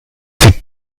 die